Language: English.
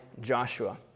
Joshua